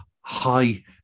high